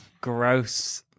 gross